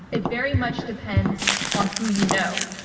it very much depends on who you know.